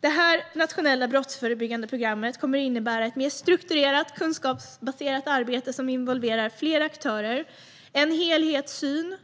Det nationella brottsförebyggande programmet kommer att innebära ett mer strukturerat, kunskapsbaserat arbete som involverar fler aktörer. Det innebär också en helhetssyn.